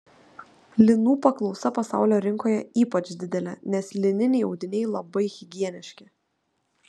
linų paklausa pasaulio rinkoje ypač didelė nes lininiai audiniai labai higieniški